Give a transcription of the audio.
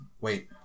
wait